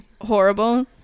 horrible